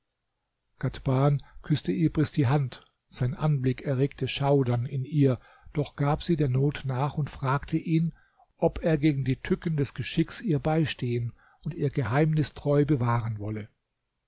ghadhban küßte ibris die hand sein anblick erregte schaudern in ihr doch gab sie der not nach und fragte ihn ob er gegen die tücken des geschicks ihr beistehen und ihr geheimnis treu bewahren wolle